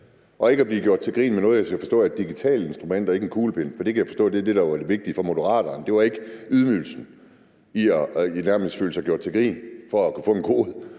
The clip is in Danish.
for ikke at blive gjort grin på grund af noget, som jeg så kan forstå er et digitalt instrument og ikke en kuglepen. For jeg kan forstå, at det var det, der var det vigtige for Moderaterne – det var ikke ydmygelsen i nærmest at føle sig gjort til grin for at kunne få en kode;